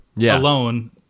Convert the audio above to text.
alone